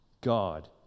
God